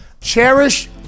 Cherish